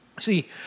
See